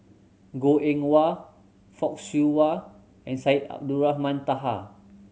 Goh Eng Wah Fock Siew Wah and Syed Abdulrahman Taha